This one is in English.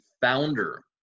founder